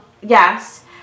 Yes